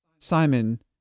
simon